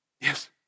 Yes